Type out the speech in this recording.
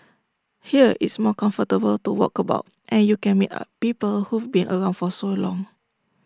here it's more comfortable to walk about and you can meet A people who've been around for so long